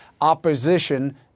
opposition